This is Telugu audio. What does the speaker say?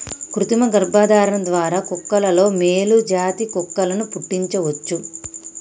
కృతిమ గర్భధారణ ద్వారా కుక్కలలో మేలు జాతి కుక్కలను పుట్టించవచ్చు